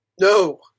No